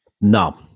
No